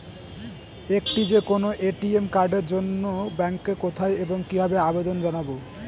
একটি যে কোনো এ.টি.এম কার্ডের জন্য ব্যাংকে কোথায় এবং কিভাবে আবেদন জানাব?